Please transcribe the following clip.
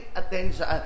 attention